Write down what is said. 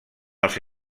els